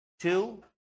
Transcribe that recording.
two